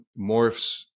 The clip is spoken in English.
morphs